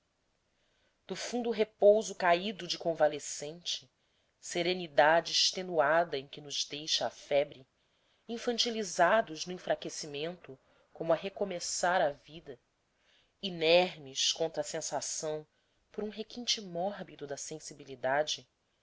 do fundo repouso caído de convalescente serenidade extenuada em que nos deixa a febre infantilizados no enfraquecimento como a recomeçar a vida inermes contra a sensação por um requinte mórbido da sensibilidade